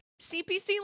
cpc